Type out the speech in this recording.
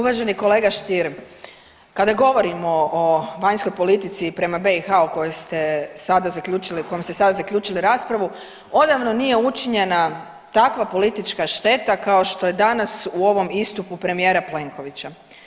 Uvaženi kolega Stier, kada govorimo o vanjskoj politici prema BiH o kojoj ste sada zaključili, kojom ste sada zaključili raspravu odavno nije učinjena takva politička šteta kao što je danas u ovom istupu premijera Plenkovića.